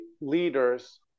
leaders